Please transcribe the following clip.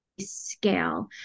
scale